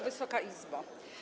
Wysoka Izbo!